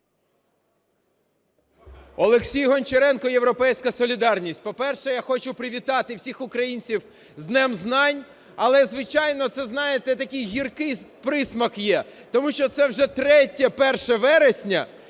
Олексій Гончаренко, "Європейська солідарність". По-перше, я хочу привітати всіх українців з Днем знань. Але, звичайно, це, знаєте, такий гіркий присмак є, тому що це вже третє 1 вересня,